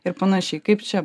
ir panašiai kaip čia